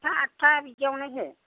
छाटता आटता बिदियावनो हो